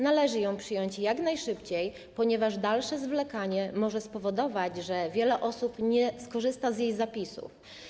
Należy ją przyjąć jak najszybciej, ponieważ dalsze zwlekanie może spowodować, że wiele osób nie skorzysta z jej zapisów.